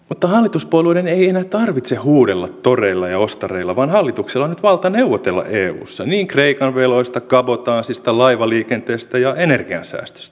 mutta hallituspuolueiden ei enää tarvitse huudella toreilla ja ostareilla vaan hallituksella on nyt valta neuvotella eussa niin kreikan veloista kabotaasista laivaliikenteestä kuin energiansäästöstä